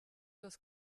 das